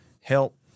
help